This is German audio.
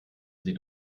sie